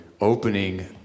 opening